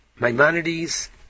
Maimonides